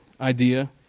idea